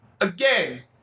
Again